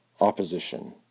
opposition